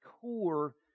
core